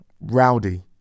Rowdy